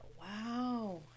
wow